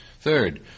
Third